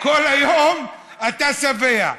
כל היום אתה שבע,